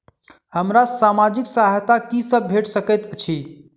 हमरा सामाजिक सहायता की सब भेट सकैत अछि?